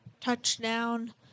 Touchdown